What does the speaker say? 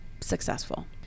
successful